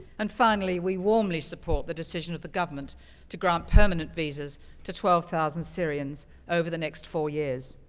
and finally, we warmly support the decision of the government to grant permanent visas to twelve thousand syrians over the next four years.